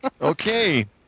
Okay